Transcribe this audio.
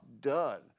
done